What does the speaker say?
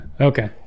okay